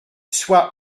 soit